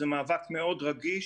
זה מאבק מאוד רגיש,